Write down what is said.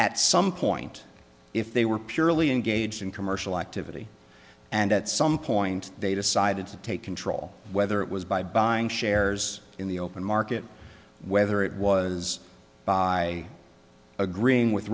at some point if they were purely engaged in commercial activity and at some point they decided to take control whether it was by buying shares in the open market whether it was by agreeing with